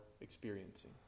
experiencing